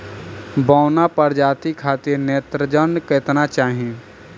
बौना प्रजाति खातिर नेत्रजन केतना चाही?